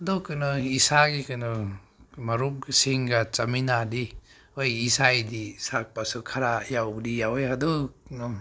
ꯑꯗꯨ ꯀꯩꯅꯣ ꯏꯁꯥꯒꯤ ꯀꯩꯅꯣ ꯃꯔꯨꯞꯁꯤꯡꯒ ꯆꯠꯃꯤꯅꯔꯗꯤ ꯍꯣꯏ ꯏꯁꯥꯒꯤꯗꯤ ꯈꯔ ꯌꯥꯎꯕꯨꯗꯤ ꯌꯥꯎꯋꯦ ꯑꯗꯨ